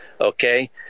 okay